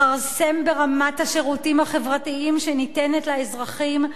לכרסם ברמת השירותים החברתיים שניתנת לאזרחים,